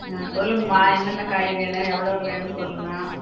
ஆ சொல்லுங்கம்மா என்னன்ன காய் வேணும் எவ்வளோ வேணும்னு சொல்லுங்கள்